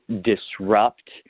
disrupt